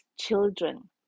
children